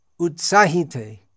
utsahite